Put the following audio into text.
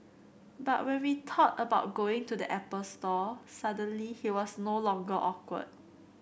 but when we thought about going to the Apple Store suddenly he was no longer awkward